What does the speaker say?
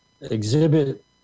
exhibit